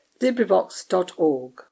LibriVox.org